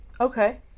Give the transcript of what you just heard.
Okay